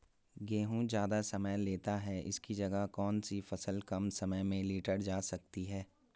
गेहूँ ज़्यादा समय लेता है इसकी जगह कौन सी फसल कम समय में लीटर जा सकती है?